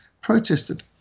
protested